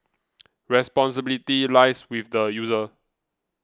responsibility lies with the user